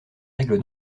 règles